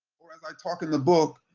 or as i talk in the book,